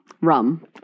Rum